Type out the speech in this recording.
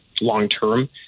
long-term